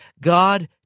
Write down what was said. God